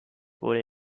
wurde